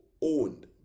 owned